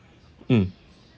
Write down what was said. mm